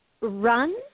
run